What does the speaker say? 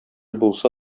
булса